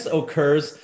occurs